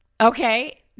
Okay